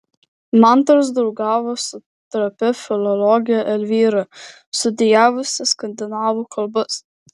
mantas draugavo su trapia filologe elvyra studijavusia skandinavų kalbas